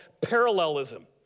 parallelism